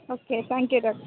okay thank you doctor